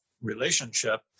relationship